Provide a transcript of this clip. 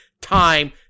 time